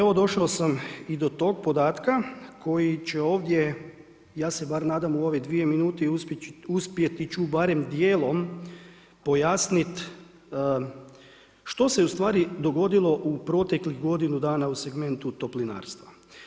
Evo došao sam i do tog podatka koji će ovdje ja se bar nadam u ove dvije minute uspjeti ću barem dijelom pojasnit što se u stvari dogodilo u proteklih godinu dana u segmentu toplinarstva.